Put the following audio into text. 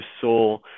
soul